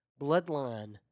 bloodline